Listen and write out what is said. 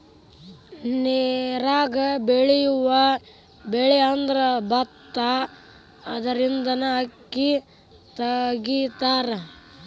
ನೇರಾಗ ಬೆಳಿಯುವ ಬೆಳಿಅಂದ್ರ ಬತ್ತಾ ಅದರಿಂದನ ಅಕ್ಕಿ ತಗಿತಾರ